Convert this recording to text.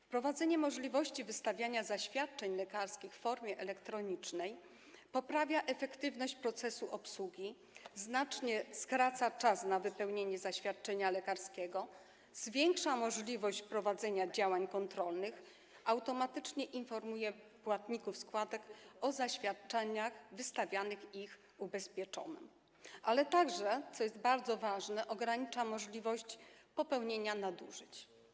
Wprowadzenie możliwości wystawiania zaświadczeń lekarskich w formie elektronicznej poprawia efektywność procesu obsługi, znacznie skraca czas potrzebny do wypełnienia zaświadczenia lekarskiego, zwiększa możliwość prowadzenia działań kontrolnych, automatycznie informuje płatników składek o zaświadczeniach wystawianych ich ubezpieczonym, ale także, co jest bardzo ważne, ogranicza możliwość popełnienia nadużyć.